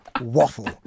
waffle